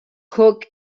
cook